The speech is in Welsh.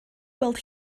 gweld